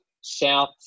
South